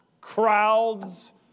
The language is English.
crowds